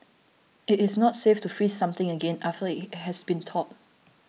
it is not safe to freeze something again after it has thawed